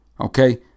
Okay